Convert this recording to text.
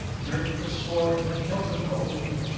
girt the sword with hilt of gold,